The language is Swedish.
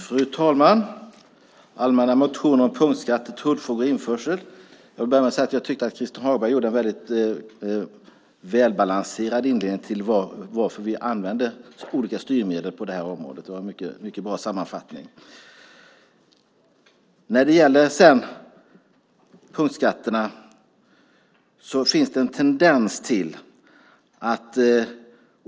Fru talman! Det handlar om allmänna motioner om punktskatter, tullfrågor och införsel. Jag tycker att Christin Hagberg gjorde en välbalanserad inledning om varför vi använder olika styrmedel på det här området. Det var en mycket bra sammanfattning.